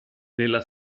nella